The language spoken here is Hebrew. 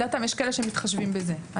יש כאלה שמתחשבים בזה.